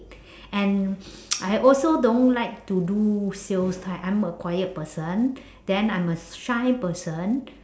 and I also don't like to do sales type I'm a quiet person then I'm a s~shy person